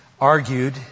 argued